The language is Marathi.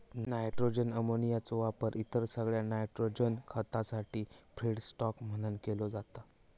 नायट्रोजन अमोनियाचो वापर इतर सगळ्या नायट्रोजन खतासाठी फीडस्टॉक म्हणान केलो जाता